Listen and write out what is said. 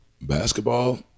basketball